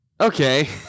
Okay